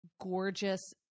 gorgeous